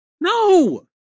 No